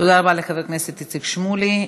תודה רבה לחבר הכנסת איציק שמולי.